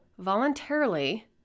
voluntarily